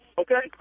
okay